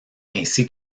ainsi